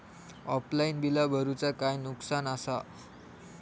Offline बिला भरूचा काय नुकसान आसा?